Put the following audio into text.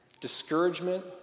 discouragement